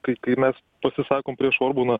kai kai mes pasisakom prieš orbaną